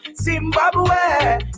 Zimbabwe